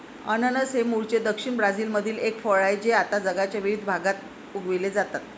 अननस हे मूळचे दक्षिण ब्राझीलमधील एक फळ आहे जे आता जगाच्या विविध भागात उगविले जाते